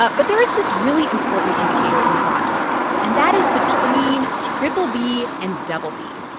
ah but there is this really important indicator in the bond market, and that is between triple b and double b.